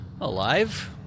alive